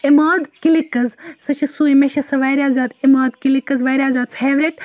image clicks سُہ چھُ سُے مےٚ چھِ سۅ واریاہ زیادٕ اِماگ کٕلِکٕز واریاہ زیادٕ فیٚورِٹ